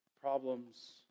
problems